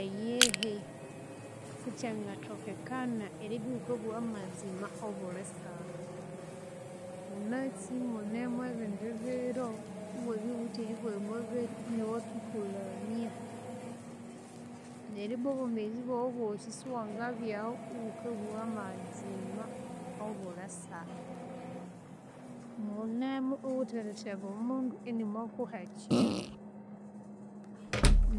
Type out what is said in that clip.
Eyihi sikyangathokekana eribya wukabugha amazima okobuli saha. Wunasi munemu ebindi biro iwabya wuwithe eribugha amabehi iniwo akikilhamya neryu ibwa obwomezi bwawu obwosi siwangabyahu iwukabugha amazima obuli saha. Munemu iwuwithe eritheba omundu inimwakuha ekyindu